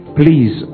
please